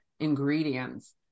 ingredients